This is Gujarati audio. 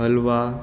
હલવા